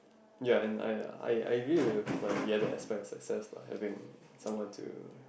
ya and I I I real with like the other aspect success by having someone to